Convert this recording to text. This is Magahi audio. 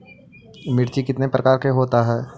मिर्ची कितने प्रकार का होता है?